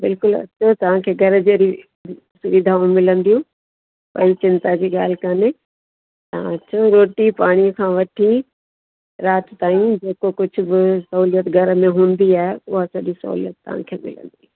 बिल्कुलु अचो तव्हांखे घरु जहिड़ी सुविधाऊं मिलंदियूं काई चिंता जी ॻाल्हि काने तव्हां अचो रोटी पाणी खां वठी राति ताईं जेको कुझु बि सहूलियत घर में हूंदी आहे उहा सॼी सहूलियत तव्हांखे मिलंदी